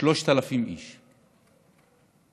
3,000 איש במדינת ישראל.